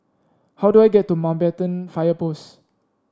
how do I get to Mountbatten Fire Post